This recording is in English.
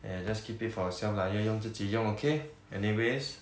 !aiya! just keep it for yourself lah 要用自己用 okay anyways